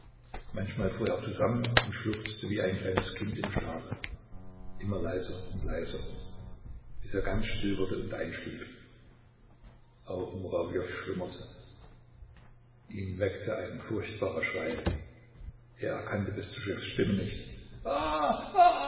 manchmal fuhr er zusammen und schluchzte wie ein kleines kind im schlafe immer leiser und leiser bis er ganz still wurde und einschlief auch murawjow schlummerte ihn weckte ein furchtbarer schrei er erkannte bestuschews stimme nicht